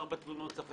ארבע תלונות.